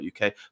UK